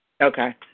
Okay